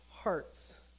hearts